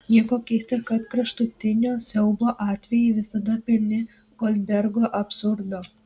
nieko keista kad kraštutinio siaubo atvejai visada pilni goldbergo absurdo